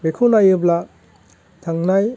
बेखौ नायोब्ला थांनाय